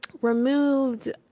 removed